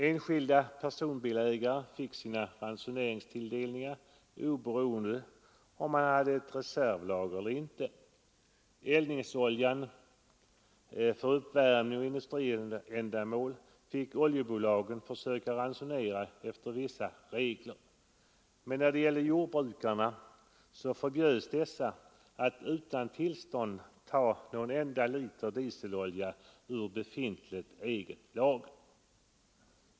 Enskilda personbilägare fick sina ransoneringstilldelningar oberoende av om de hade ett reservlager eller inte. Eldningsoljan för uppvärmning och industriändamål fick oljebolagen försöka ransonera efter vissa regler. Men jordbrukarna förbjöds att utan tillstånd ta någon enda liter dieselolja från befintligt eget lager.